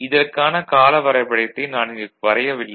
இதற்கான கால வரைபடத்தை நான் இங்கு வரையவில்லை